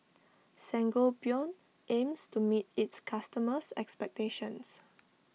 Sangobion aims to meet its customers' expectations